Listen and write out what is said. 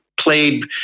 played